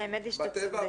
האמת היא שאתה צודק.